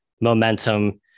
momentum